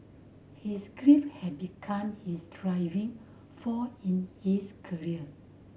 his grief had become his driving force in his career